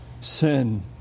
sin